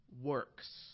works